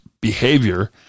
behavior